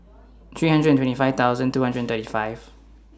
three hundred and twenty five thousand two hundred and thirty five